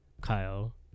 Kyle